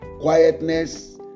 quietness